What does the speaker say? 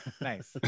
Nice